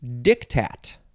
Dictat